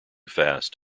fast